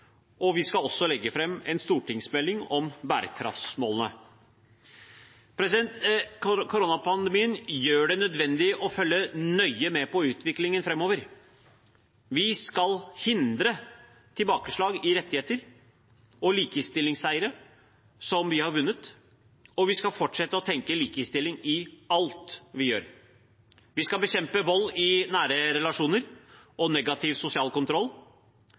Vi skal også legge fram en stortingsmelding om bærekraftsmålene. Koronapandemien gjør det nødvendig å følge nøye med på utviklingen framover. Vi skal hindre tilbakeslag i rettigheter og likestillingsseire som vi har vunnet, og vi skal fortsette å tenke likestilling i alt vi gjør. Vi skal bekjempe vold i nære relasjoner og negativ sosial kontroll.